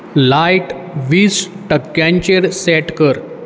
light वीस टक्क्यांचेर set कर